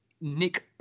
Nick